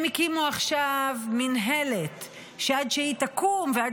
הם הקימו עכשיו מינהלת שעד שהיא תקום ועד